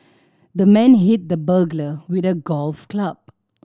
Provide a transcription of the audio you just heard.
the man hit the burglar with a golf club